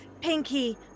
pinky